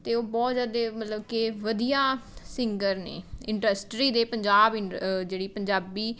ਅਤੇ ਉਹ ਬਹੁਤ ਜ਼ਿਆਦਾ ਮਤਲਬ ਕਿ ਵਧੀਆ ਸਿੰਗਰ ਨੇ ਇੰਡਸਟਰੀ ਦੇ ਪੰਜਾਬ ਇ ਜਿਹੜੀ ਪੰਜਾਬੀ